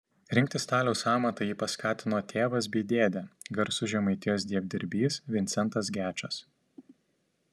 rinktis staliaus amatą jį paskatino tėvas bei dėdė garsus žemaitijos dievdirbys vincentas gečas